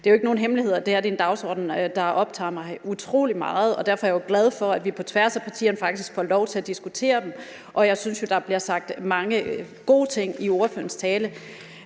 Det er jo ikke nogen hemmelighed, det her er en dagsorden, der optager mig utrolig meget, og derfor er jeg jo glad for, at vi på tværs af partierne faktisk får lov til at diskutere den, og jeg synes jo, der bliver sagt mange gode ting i ordførerens tale.